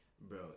Bro